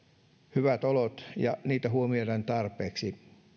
hyvät olot ja heitä huomioidaan tarpeeksi